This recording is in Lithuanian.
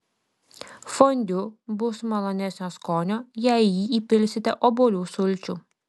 fondiu bus malonesnio skonio jei į jį įpilsite obuolių sulčių